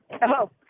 hello